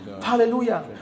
hallelujah